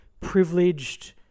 privileged